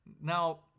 Now